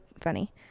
funny